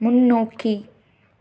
முன்னோக்கி